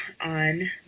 on